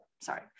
sorry